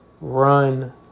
Run